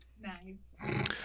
Nice